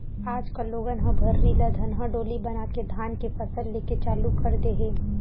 आज कल लोगन ह भर्री ल धनहा डोली बनाके धान के फसल लेके चालू कर दे हे